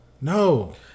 No